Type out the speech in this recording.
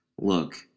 look